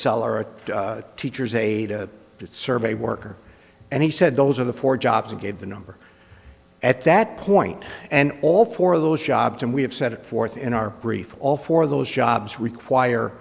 seller a teacher's aide a survey worker and he said those are the four jobs gave the number at that point and all four of those jobs and we have set forth in our brief all four of those jobs require